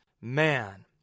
Man